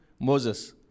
Moses